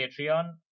Patreon